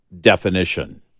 definition